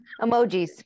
Emojis